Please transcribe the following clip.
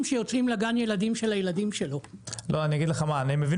שיוצאים לגן ילדים של הילדים שלו --- אני מבין